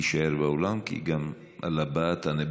תישאר באולם, כי גם על הבאה תענה.